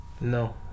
No